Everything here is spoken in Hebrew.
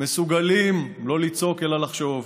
מסוגלים לא לצעוק אלא לחשוב,